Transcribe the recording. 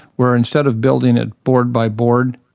where instead of building it board by board,